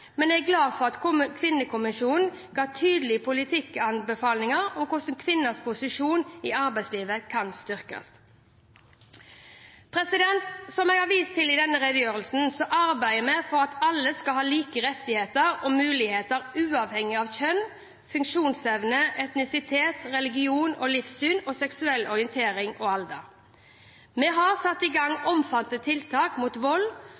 men jeg er glad for at Kvinnekommisjonen ga tydelige politikkanbefalinger om hvordan kvinners posisjon i arbeidslivet kan styrkes. Som jeg har vist til i denne redegjørelse arbeider vi for at alle skal ha like rettigheter og muligheter uavhengig av kjønn, funksjonsevne, etnisitet, religion og livssyn, seksuell orientering og alder. Vi har satt i gang omfattende tiltak mot vold,